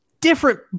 Different